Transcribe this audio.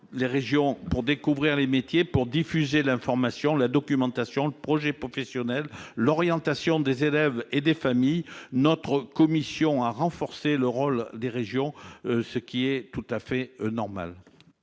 aux régions. Pour découvrir les métiers, pour diffuser l'information, la documentation, le projet professionnel, l'orientation des élèves et des familles, notre commission a renforcé le rôle des régions, ce qui est tout à fait normal.